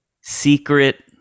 secret